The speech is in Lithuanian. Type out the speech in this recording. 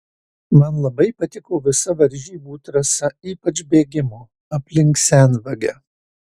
man labai patiko visa varžybų trasa ypač bėgimo aplink senvagę